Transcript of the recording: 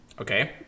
Okay